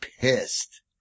pissed